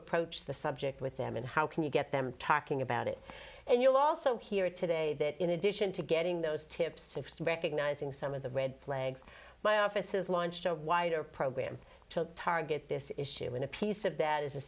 approach the subject with them and how can you get them talking about it and you'll also hear today that in addition to getting those tips to recognizing some of the red flags my office has launched a wider program to target this issue in a piece of that is a